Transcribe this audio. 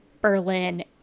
Berlin